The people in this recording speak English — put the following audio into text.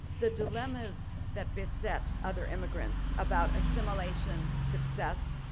the dilemmas that beset other immigrants about assimilation, success,